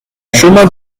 chemin